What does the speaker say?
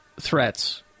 threats